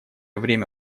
время